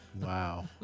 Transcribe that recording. Wow